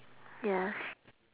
yes